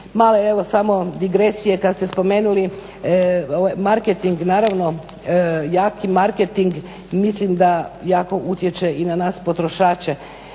malo evo samo digresije kad ste spomenuli marketing, naravno jaki marketing mislim da jako utječe i na nas potrošače.